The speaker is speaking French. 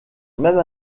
même